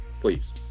please